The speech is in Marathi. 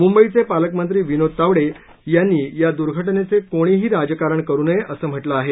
मुंबईचे पालकमंत्री विनोद तावडे यांनी या दुर्घटनेचं कोणीही राजकारण करू नये असं म्हटलं आहे